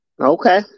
Okay